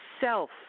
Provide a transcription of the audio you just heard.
self